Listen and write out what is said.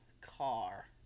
car